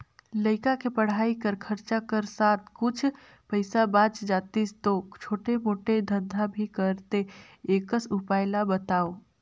लइका के पढ़ाई कर खरचा कर साथ कुछ पईसा बाच जातिस तो छोटे मोटे धंधा भी करते एकस उपाय ला बताव?